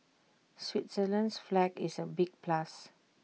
Switzerland's flag is A big plus